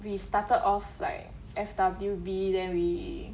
we started off like F_W_B then we